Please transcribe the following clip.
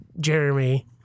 Jeremy